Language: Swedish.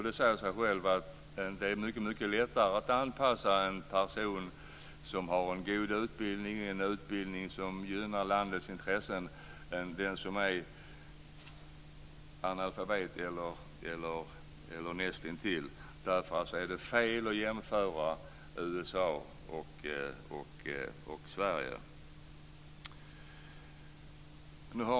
Det säger sig självt att det är mycket lättare att anpassa en person som har en god utbildning, en utbildning som gynnar landets intressen, än en person som är analfabet eller näst intill. Därför är det alltså fel att jämföra USA och Sverige.